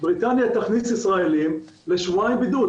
בריטניה תכניס ישראלים לשבועיים בידוד,